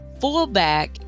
fullback